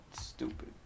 stupid